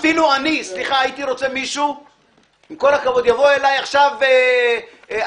עם כל הכבוד, יבוא אליי עכשיו איינשטיין,